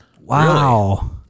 Wow